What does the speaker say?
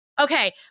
Okay